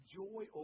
joy